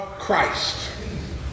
Christ